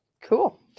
Cool